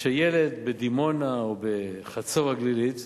שילד בדימונה או בחצור-הגלילית,